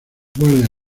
guardia